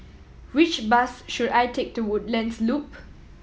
which bus should I take to Woodlands Loop